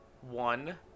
one